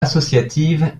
associative